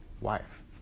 wife